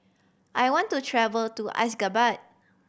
I want to travel to Ashgabat